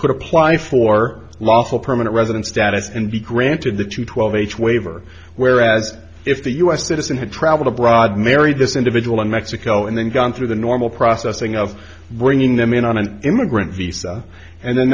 could apply for lawful permanent resident status and be granted the two twelve h waiver whereas if the us citizen had traveled abroad married this individual in mexico and then gone through the normal processing of bringing them in on an immigrant visa and then